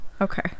okay